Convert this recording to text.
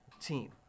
team